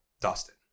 Dustin